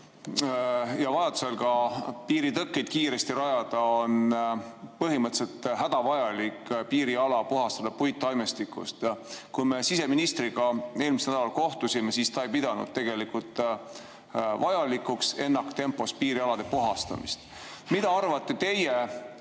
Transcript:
ja vajadusel ka piiritõkkeid kiiresti rajada, on põhimõtteliselt hädavajalik piiriala puhastada puittaimestikust. Kui me siseministriga eelmisel nädalal kohtusime, siis ta ei pidanud vajalikuks ennaktempos piirialade puhastamist. Mida arvate teie,